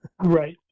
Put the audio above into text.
right